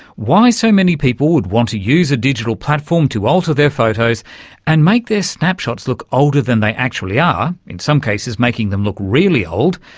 why so many people would want to use a digital platform to alter their photos and make their snapshots look older than they actually are, in some cases making them look really old.